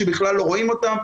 שבכלל לא רואים אותה.